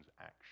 action